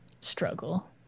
struggle